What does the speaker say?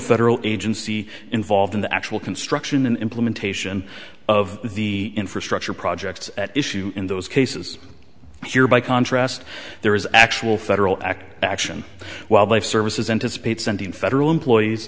federal agency involved in the actual construction and implementation of the infrastructure projects at issue in those cases by contrast there is actual federal act action wildlife services anticipate sending federal employees